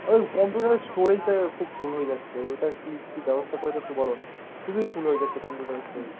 ওই কম্পিউটারে স্টোরেজটা খুব ফুল হয়ে যাচ্ছে ওইটা কি কি ব্যবস্থা করা যায় একটু বলো না খুবই ফুল হয়ে যাচ্ছে কম্পিউটারের স্টোরেজ